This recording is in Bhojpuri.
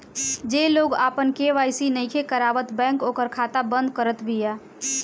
जे लोग आपन के.वाई.सी नइखे करावत बैंक ओकर खाता बंद करत बिया